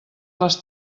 les